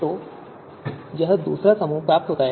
तो यह दूसरा समूह प्राप्त होता है